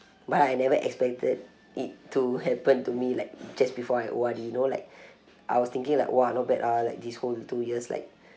but I never expected it to happen to me like just before I O_R_D you know like I was thinking like !wah! not bad ah like this whole two years like